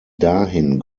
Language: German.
dahin